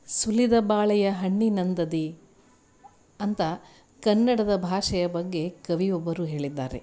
ಸುಲಿದ ಬಾಳೆಯ ಹಣ್ಣಿನಂದದಿ ಅಂತ ಕನ್ನಡದ ಭಾಷೆಯ ಬಗ್ಗೆ ಕವಿಯೊಬ್ಬರು ಹೇಳಿದ್ದಾರೆ